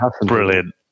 brilliant